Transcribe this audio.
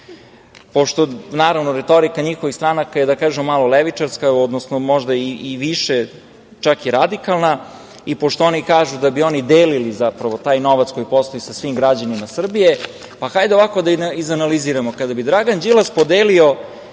pošto je retorika njihovih stranaka malo levičarska, možda i više, čak i radikalna i pošto oni kažu da bi oni delili taj novac koji postoji sa svim građanima Srbije, pa hajde da izanaliziramo. Kada bi Dragan Đilas podelio